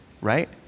right